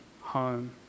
home